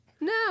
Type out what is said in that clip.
No